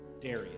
Darius